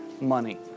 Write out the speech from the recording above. money